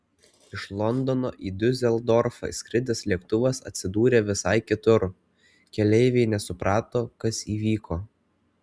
iš londono į diuseldorfą skridęs lėktuvas atsidūrė visai kitur keleiviai nesuprato kas įvyko